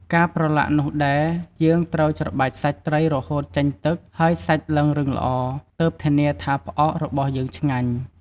ការប្រឡាក់នោះដែរ យើងត្រូវច្របាច់សាច់ត្រីរហូតចេញទឹក ហើយសាច់ឡើងរឹងល្អ ទើបធានាថាផ្អករបស់យើងឆ្ងាញ់។